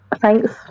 Thanks